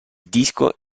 disco